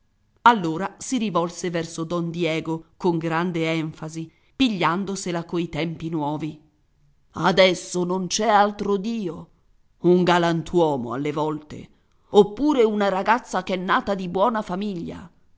allora si rivolse verso don diego con grande enfasi pigliandosela coi tempi nuovi adesso non c'è altro dio un galantuomo alle volte oppure una ragazza ch'è nata di buona famiglia